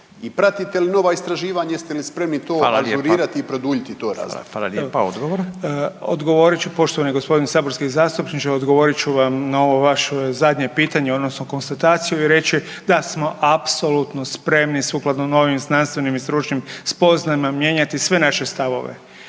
Hvala lijepa. Hvala lijepa. Odgovor. **Beroš, Vili (HDZ)** Odgovorit ću poštovani g. saborski zastupniče, odgovorit ću vam na ovo vaše zadnje pitanje odnosno konstataciju i reći da smo apsolutno spremni sukladno novim znanstvenim i stručnim spoznajama mijenjati sve naše stavove.